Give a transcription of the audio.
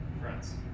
friends